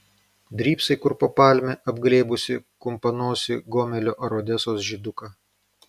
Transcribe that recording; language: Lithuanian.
drybsai kur po palme apglėbusi kumpanosį gomelio ar odesos žyduką